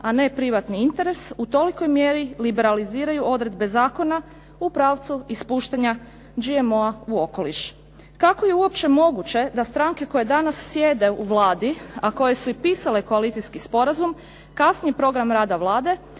a ne privatni interes u tolikoj mjeri liberaliziraju odredbe zakona u pravcu ispuštanja GMO-a u okoliš. Kako je uopće moguće da stranke koje danas sjede u Vladi, a koje su i pisale koalicijski sporazum, kasnije program rada Vlade,